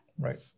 Right